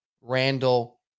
Randall